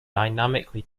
dynamically